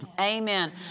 Amen